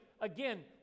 again